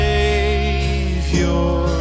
Savior